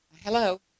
Hello